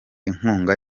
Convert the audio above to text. inkunga